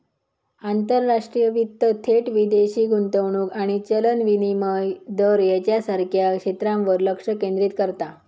आंतरराष्ट्रीय वित्त थेट विदेशी गुंतवणूक आणि चलन विनिमय दर ह्येच्यासारख्या क्षेत्रांवर लक्ष केंद्रित करता